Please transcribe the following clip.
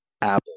Apple